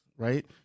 Right